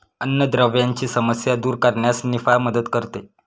अन्नद्रव्यांची समस्या दूर करण्यास निफा मदत करते